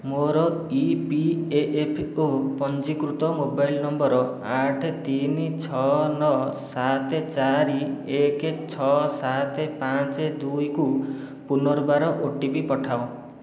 ମୋ'ର ଇପିଏଏଫ୍ଓ ପଞ୍ଜୀକୃତ mobile number ଆଠ ତିନି ଛଅ ନଅ ସାତ ଚାରି ଏକ ଛଅ ସାତ ପାଞ୍ଚ ଦୁଇକୁ ପୁନର୍ବାର ଓଟିପି ପଠାଅ